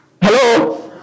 Hello